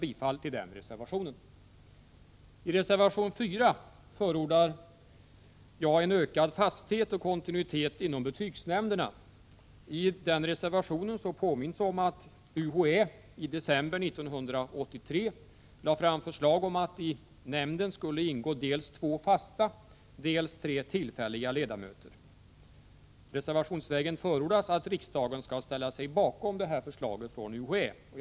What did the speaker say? Jag yrkar bifall till denna reservation. I reservation 4 förordar jag en ökad fasthet och kontinuitet inom betygsnämnderna. I reservationen påminns om att UHÄ i december 1983 lade fram förslag om att det i betygsnämnden skulle ingå dels två fasta, dels tre tillfälliga ledamöter. Reservationsvägen förordas att riksdagen skall ställa sig bakom detta förslag från UHÄ.